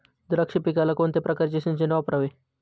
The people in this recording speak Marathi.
द्राक्ष पिकाला कोणत्या प्रकारचे सिंचन वापरावे?